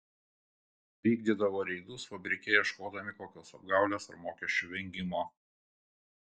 vykdydavo reidus fabrike ieškodami kokios apgaulės ar mokesčių vengimo